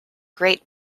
great